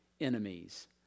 enemies